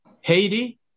Haiti